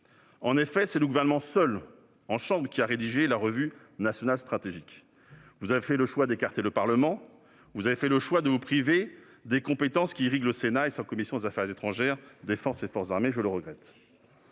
En effet, c'est le Gouvernement seul, en chambre, qui a rédigé la revue nationale stratégique. Vous avez fait le choix d'écarter le Parlement, de vous priver des compétences qui irriguent le Sénat et sa commission des affaires étrangères, de la défense et des forces armées ; je le regrette.